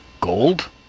Gold